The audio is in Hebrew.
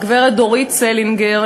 הגברת דורית סלינגר,